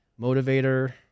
motivator